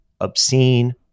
obscene